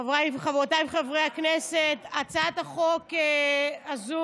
חבריי וחברותיי חברי הכנסת, הצעת החוק הזאת,